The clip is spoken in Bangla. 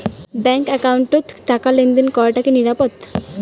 ব্যাংক একাউন্টত টাকা লেনদেন করাটা কি নিরাপদ?